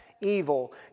evil